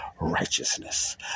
Righteousness